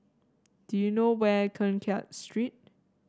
do you know where Keng Kiat Street